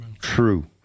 true